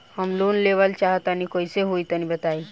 हम लोन लेवल चाहऽ तनि कइसे होई तनि बताई?